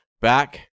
back